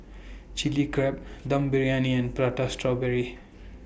Chili Crab Dum Briyani and Prata Strawberry